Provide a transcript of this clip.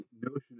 notion